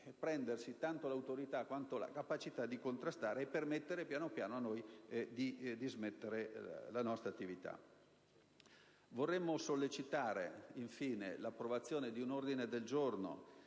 prendersi tanto l'autorità quanto la capacità di contrastare e per permettere piano piano a noi di dismettere la nostra attività. Vorremmo sollecitare, infine, l'approvazione di un ordine del giorno